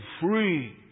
free